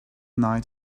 night